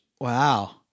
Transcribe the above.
Wow